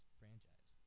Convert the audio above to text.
franchise